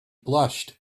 blushed